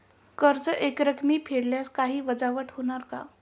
कर्ज एकरकमी फेडल्यास काही वजावट होणार का?